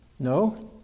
No